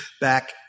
back